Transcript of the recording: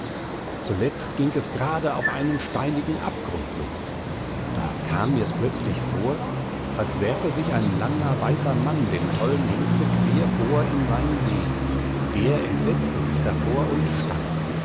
zuletzt ging es grade auf einen steinigen abgrund los da kam mir's plötzlich vor als werfe sich ein langer weißer mann dem tollen hengste quer vor in seinen weg der entsetzte sich davor und stand